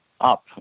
up